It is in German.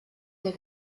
der